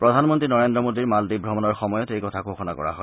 প্ৰধানন্ত্ৰী নৰেদ্ৰ মোদীৰ মালদ্বীপ ভ্ৰমণৰ সময়ত এই কথা ঘোষণা কৰা হয়